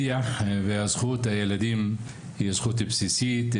המציאות מוכיחה --- הפתרון הוא להפוך את היבילים לבניית קבע,